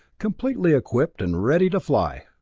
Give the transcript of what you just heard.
completely equipped and ready to fly!